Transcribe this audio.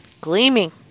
Gleaming